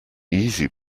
easy